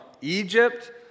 Egypt